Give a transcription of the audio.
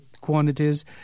quantities